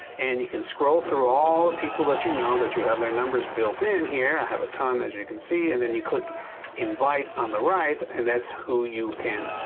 and you can scroll through all the people that you know that you have their numbers built in. here i have a ton as you can see, and then you click invite on the right and that's who you can